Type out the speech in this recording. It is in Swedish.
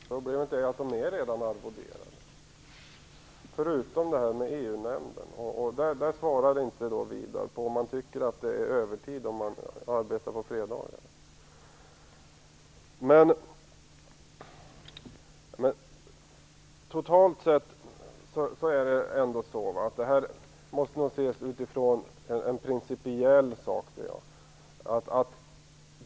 Herr talman! Problemet är att de redan är arvoderade, förutom EU-nämnden. Och Widar Andersson svarade inte på om han tycker att det är övertid om man arbetar på fredagarna. Men totalt sett måste detta ändå ses principiellt.